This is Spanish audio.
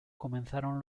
comenzaron